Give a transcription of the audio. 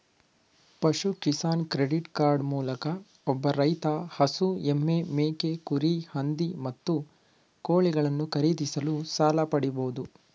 ಪಶು Kisan credit card ಮೂಲಕ ಒಬ್ಬ ರೈತ ಹಸು ಎಮ್ಮೆ ಮೇಕೆ ಕುರಿ ಹಂದಿ ಮತ್ತು ಕೋಳಿಗಳನ್ನು ಖರೀದಿಸಲು ಸಾಲ ಪಡಿಬೋದು